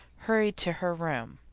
hurried to her room.